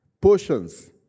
portions